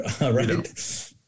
right